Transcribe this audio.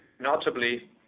Notably